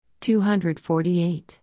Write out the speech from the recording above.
248